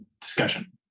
discussion